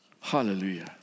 Hallelujah